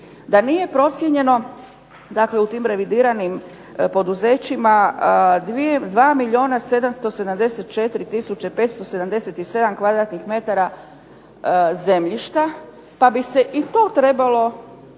Da nije procijenjeno dakle u tim revidiranim poduzećima 2 milijuna 774 tisuće 577 kvadratnih metara zemljišta, pa bi se i to trebalo